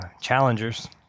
challengers